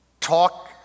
Talk